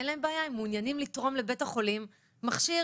מעוניינים לתרום לבית החולים מכשיר